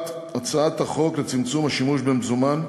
הצעת החוק לצמצום השימוש במזומן,